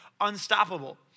unstoppable